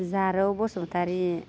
Jarou Basumatary